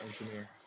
engineer